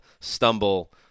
stumble